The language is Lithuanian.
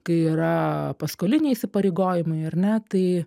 kai yra paskoliniai įsipareigojimai ar ne tai